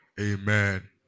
Amen